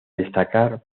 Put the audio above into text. destacar